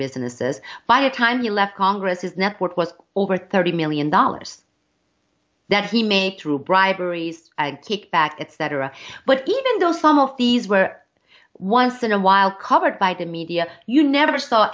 businesses by the time he left congress his network was over thirty million dollars that he made through briberies kickback it's that era but even though some of these were once in a while covered by the media you never saw